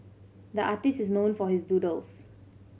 the artist is known for his doodles